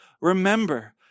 remember